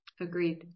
Agreed